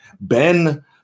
Ben